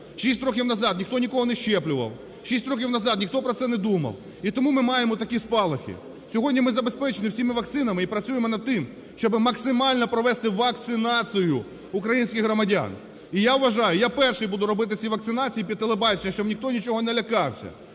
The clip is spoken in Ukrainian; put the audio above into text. років назад ніхто нікого не щеплював, 6 років назад ніхто про це не думав. І тому ми маємо такі спалахи. Сьогодні ми забезпечені всіма вакцинами і працюємо над тим, щоб максимально провести вакцинацію українських громадян. І я вважаю, я перший буду робити ці вакцинації під телебачення, щоб ніхто нічого не лякався.